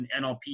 NLP